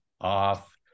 off